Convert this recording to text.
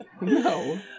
No